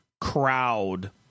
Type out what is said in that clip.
crowd